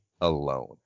alone